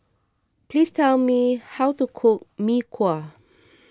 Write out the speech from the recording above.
please tell me how to cook Mee Kuah